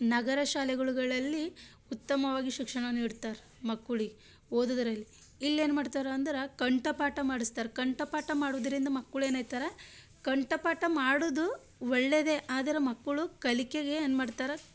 ನಗರ ಶಾಲೆಗಳ್ಗಳಲ್ಲಿ ಉತ್ತಮವಾಗಿ ಶಿಕ್ಷಣವನ್ನ ನೀಡ್ತಾರೆ ಮಕ್ಕಳಿಗ್ ಓದೋದ್ರಲ್ಲಿ ಇಲ್ಲೇನು ಮಾಡ್ತಾರ ಅಂದ್ರೆ ಕಂಠಪಾಠ ಮಾಡಸ್ತಾರೆ ಕಂಠಪಾಠ ಮಾಡುದ್ರಿಂದ ಮಕ್ಕಳು ಏನೈತರ ಕಂಠಪಾಠ ಮಾಡೋದು ಒಳ್ಳೆಯದೇ ಆದ್ರೆ ಮಕ್ಕಳು ಕಲಿಕೆಗೆ ಏನು ಮಾಡ್ತಾರ